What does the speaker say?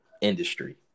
industry